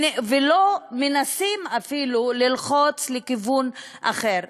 ולא מנסים, אפילו, ללחוץ לכיוון אחר.